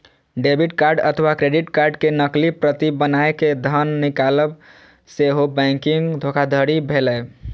debit card अथवा credit card के नकली प्रति बनाय कें धन निकालब सेहो बैंकिंग धोखाधड़ी भेलै